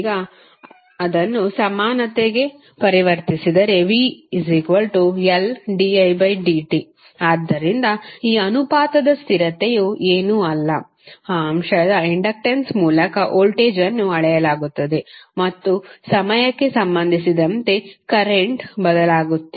ಈಗ ಅದನ್ನು ಸಮಾನತೆಗೆ ಪರಿವರ್ತಿಸಿದರೆ vLdidt ಆದ್ದರಿಂದ ಈ ಅನುಪಾತದ ಸ್ಥಿರತೆಯು ಏನೂ ಅಲ್ಲ ಆ ಅಂಶದ ಇಂಡಕ್ಟನ್ಸ್ ಮೂಲಕ ವೋಲ್ಟೇಜ್ ಅನ್ನು ಅಳೆಯಲಾಗುತ್ತದೆ ಮತ್ತು ಸಮಯಕ್ಕೆ ಸಂಬಂಧಿಸಿದಂತೆ ಕರೆಂಟ್ ಬದಲಾಗುತ್ತಿದೆ